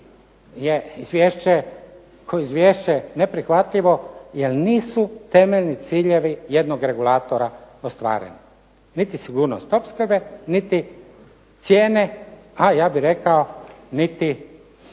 kao izvješće neprihvatljivo jer nisu temeljni ciljevi jednog regulatora ostvareni, niti sigurnost opskrbe, niti cijene, a ja bih rekao niti